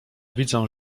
widzę